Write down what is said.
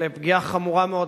לפגיעה חמורה מאוד